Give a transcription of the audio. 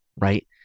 right